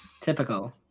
Typical